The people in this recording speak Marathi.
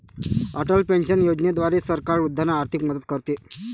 अटल पेन्शन योजनेद्वारे सरकार वृद्धांना आर्थिक मदत करते